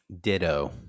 ditto